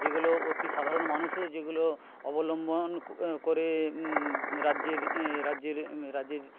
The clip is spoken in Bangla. যেগুলো অতি সাধারণ মানুষও যেগুলো অবলম্বন করে রাজ্যের রাজ্যের রাজ্যের